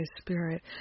spirit